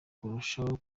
kurushaho